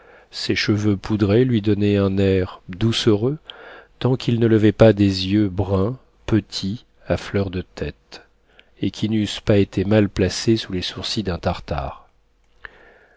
ses cheveux poudrés lui donnaient un air doucereux tant qu'il ne levait pas des yeux bruns petits à fleur de tête et qui n'eussent pas été mal placés sous les sourcils d'un tartare